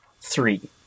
three